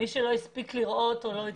מי שלא הספיק לראות או לא הצליח לראות.